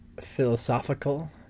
philosophical